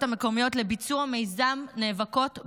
המקומיות לביצוע מיזם נאבקות באלימות.